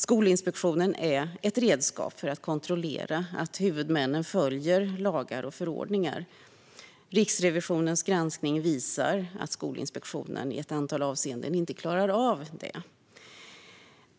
Skolinspektionen är ett redskap för att kontrollera att huvudmännen följer lagar och förordningar. Riksrevisionens granskning visar att Skolinspektionen i ett antal avseenden inte klarar av detta.